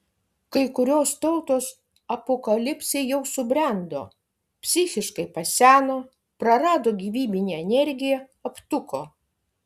kai kurios tautos apokalipsei jau subrendo psichiškai paseno prarado gyvybinę energiją aptuko